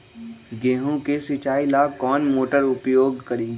गेंहू के सिंचाई ला कौन मोटर उपयोग करी?